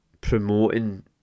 promoting